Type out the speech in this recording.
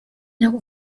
nagu